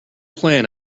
plan